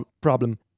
problem